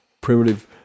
primitive